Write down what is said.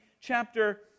chapter